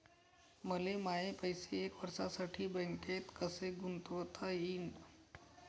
मले माये पैसे एक वर्षासाठी बँकेत कसे गुंतवता येईन?